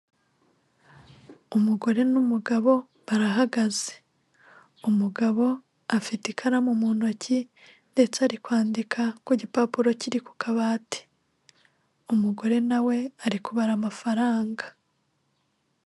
Umugore n'umugabo barahagaze umugabo afite ikaramu mu ntoki ndetse ari kwandika ku gipapuro kiri ku kabati umugore nawe ari kubara amafaranga.